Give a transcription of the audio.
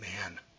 man